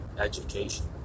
education